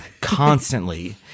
constantly